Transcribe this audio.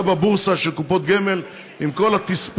לגבי ההשקעה בבורסה של קופות גמל, עם כל התספורות.